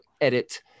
edit